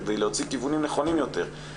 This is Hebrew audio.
כדי להוציא כיוונים נכונים יותר.